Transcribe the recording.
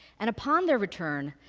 and upon their return,